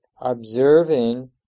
observing